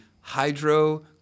hydro